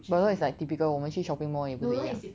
but now is like typical 我们去 shopping mall 也不是一样